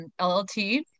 LLT